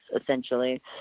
essentially